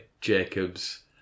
Jacobs